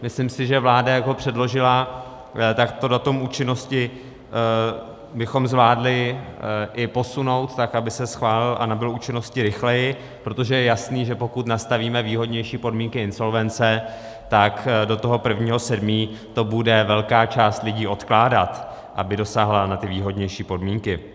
Myslím si, že vláda, jak ho předložila, tak to datum účinnosti bychom zvládli i posunout tak, aby se schválil a nabyl účinnosti rychleji, protože je jasné, že pokud nastavíme výhodnější podmínky insolvence, tak do toho 1. 7. to bude velká část lidí odkládat, aby dosáhla na výhodnější podmínky.